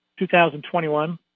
2021